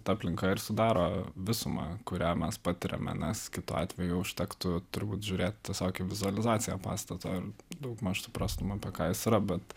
ta aplinka ir sudaro visumą kurią mes patiriame nes kitu atveju užtektų turbūt žiūrėt tiesiog į vizualizaciją pastato daugmaž suprastum apie ką jis yra bet